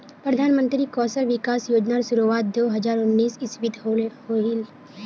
प्रधानमंत्री कौशल विकाश योज्नार शुरुआत दो हज़ार उन्नीस इस्वित होहिल